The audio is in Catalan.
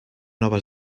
nova